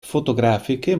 fotografiche